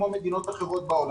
כמו במדינות אחרות בעולם.